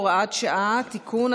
הוראת שעה) (תיקון),